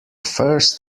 first